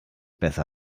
besser